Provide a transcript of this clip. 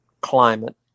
climate